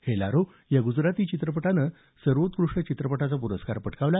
हेलारो या गुजराथी चित्रपटानं सर्वोत्कृष्ट चित्रपटाचा पुरस्कार पटकावला